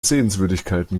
sehenswürdigkeiten